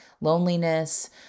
loneliness